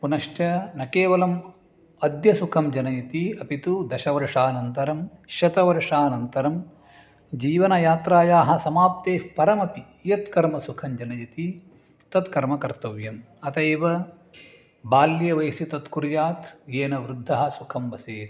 पुनश्च न केवलम् अद्य सुखं जनयति अपि तु दशवर्षानन्तरं शतवर्षानन्तरं जीवनयात्रायाः समाप्तेः परमपि यत् कर्म सुखञ्जनयति तत्कर्म कर्तव्यम् अतः एव बाल्ये वयसि तत् कुर्यात् येन वृद्धः सुखं वसेत्